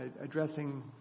addressing